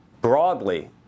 broadly